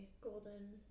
golden